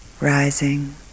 rising